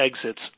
exits